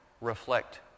reflect